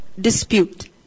dispute